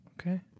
Okay